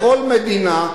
בכל מדינה,